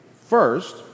First